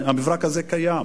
המברק הזה קיים.